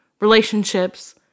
relationships